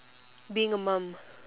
being a mum